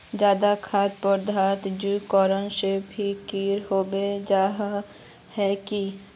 ज्यादा खाद पदार्थ यूज करना से भी कीड़ा होबे जाए है की?